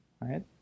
right